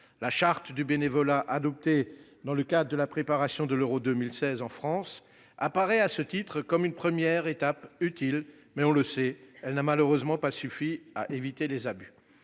la charte du bénévolat adoptée dans le cadre de la préparation de l'Euro 2016 en France fut une première étape utile, mais, on le sait, elle n'a malheureusement pas suffi à éviter les abus.